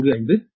45 KV